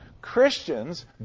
Christians